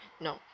no